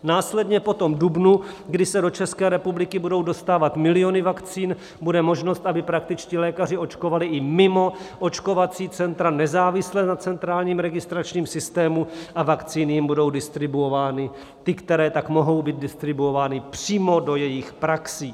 Následně po dubnu, kdy se do České republiky budou dostávat miliony vakcín, bude možnost, aby praktičtí lékaři očkovali i mimo očkovací centra, nezávisle na centrálním registračním systému, a vakcíny jim budou distribuovány ty, které tak mohou být distribuovány přímo do jejich praxí.